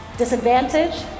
Disadvantage